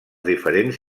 diferents